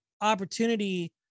opportunity